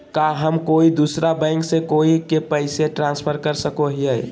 का हम कोई दूसर बैंक से कोई के पैसे ट्रांसफर कर सको हियै?